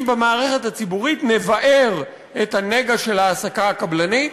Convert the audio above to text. אם במערכת הציבורית נבער את הנגע של ההעסקה הקבלנית,